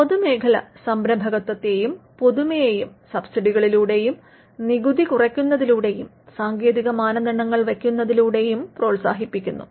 പൊതുമേഖല സംരംഭകത്വത്തെയും പുതുമയെയും സബ്സിഡികളിലൂടെയും നികുതി കുറയ്ക്കുന്നതിലൂടെയും സാങ്കേതിക മാനദണ്ഡങ്ങൾ വയ്ക്കുന്നതിലൂടെയും പ്രോത്സാഹിപ്പിക്കുന്നു